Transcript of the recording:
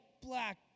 black